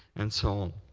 and so on.